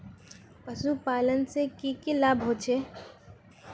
पशुपालन से की की लाभ होचे?